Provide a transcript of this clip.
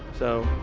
so,